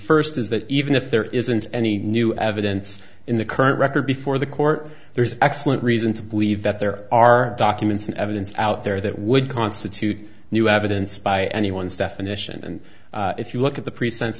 first is that even if there isn't any new evidence in the current record before the court there is excellent reason to believe that there are documents and evidence out there that would constitute new evidence by anyone's definition and if you look at the pre